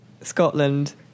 Scotland